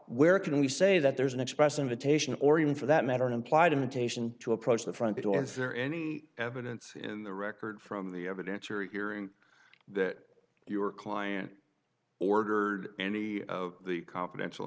where can we say that there's an express invitation or even for that matter an implied imitation to approach the front door and there any evidence in the record from the evidence you're hearing that you were client ordered any of the confidential